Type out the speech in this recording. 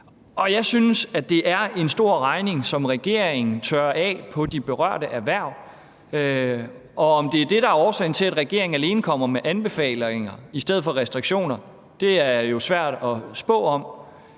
jeg synes, det er en stor regning, som regeringen tørrer af på de berørte erhverv, og om det er det, der er årsagen til, at regeringen alene kommer med anbefalinger i stedet for restriktioner, er jo svært at spå om.